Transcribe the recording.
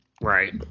Right